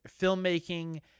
filmmaking